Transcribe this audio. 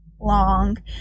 long